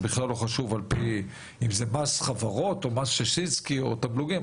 זה לא חשוב בכלל אם קוראים לזה מס חברות או מס ששינסקי או תמלוגים,